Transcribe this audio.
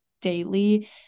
daily